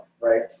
right